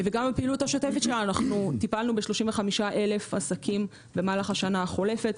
גם בפעילות השוטפת שלנו טיפלנו ב-35,000 עסקים במהלך השנה החולפת,